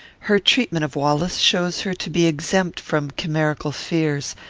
her treatment of wallace shows her to be exempt from chimerical fears,